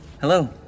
Hello